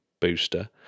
booster